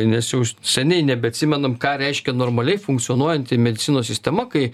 nes jau seniai nebeatsimenam ką reiškia normaliai funkcionuojanti medicinos sistema kai